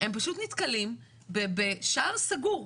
הם פשוט נתקלים בשער סגור.